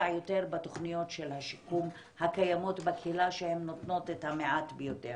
יותר בתוכניות של השיקום הקיימות בקהילה שהן נותנות את המעט ביותר.